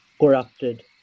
corrupted